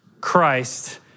Christ